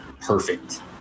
perfect